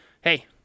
hey